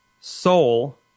soul